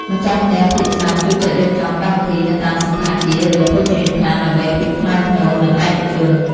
ម្ចាស់ផ្ទះភាគច្រើនចូលចិត្តរៀបចំកម្មវិធីនៅតាមសណ្ឋាគារ ឬភោជនីយដ្ឋានដើម្បីភាពថ្លៃថ្នូរនិងឯកជន។